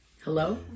hello